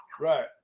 Right